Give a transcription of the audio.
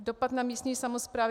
Dopad na místní samosprávy.